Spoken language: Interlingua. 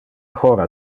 hora